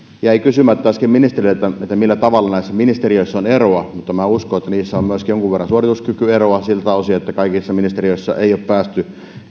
jäi kysymättä äsken ministeriltä millä tavalla näissä ministeriöissä on eroja mutta minä uskon että niissä on myöskin jonkun verran suorituskykyeroa siltä osin että kaikissa ministeriöissä ei ole päästy